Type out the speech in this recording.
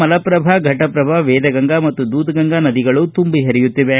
ಮಲಪ್ರಭಾ ಫಟಪ್ರಭಾ ವೇದಗಂಗಾ ಮತ್ತು ದೂದ್ಗಂಗಾ ನದಿಗಳು ತುಂಬಿ ಹರಿಯುತ್ತಿವೆ